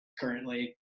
currently